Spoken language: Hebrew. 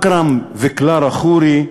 מכרם וקלרה ח'ורי,